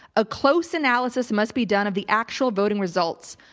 a close analysis must be done of the actual voting results,